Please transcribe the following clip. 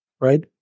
right